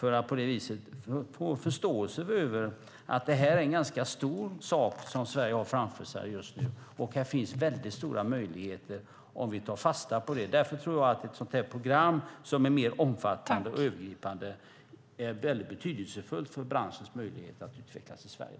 Det handlar om att få förståelse för att det här är en stor sak som Sverige har framför sig just nu. Här finns stora möjligheter om vi tar fasta på dem. Därför tror jag att ett mer omfattande och övergripande program är betydelsefullt för branschens möjligheter att utvecklas i Sverige.